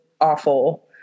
awful